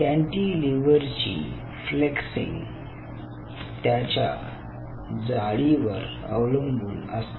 कॅन्टीलिव्हरची flexing त्याच्या जाडीवर अवलंबून असते